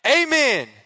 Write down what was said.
Amen